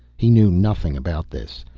he knew nothing about this.